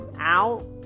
out